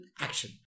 action